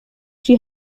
she